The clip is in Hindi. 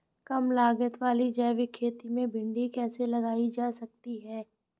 कम लागत वाली जैविक खेती में भिंडी कैसे लगाई जा सकती है?